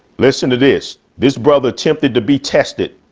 listen to this. this brother attempted to be tested,